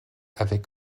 avec